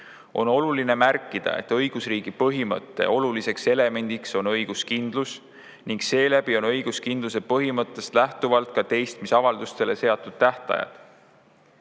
On oluline märkida, et õigusriigi põhimõtte oluliseks elemendiks on õiguskindlus ning õiguskindluse põhimõttest lähtuvalt on ka teistmisavaldustele seatud tähtajad.